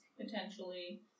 potentially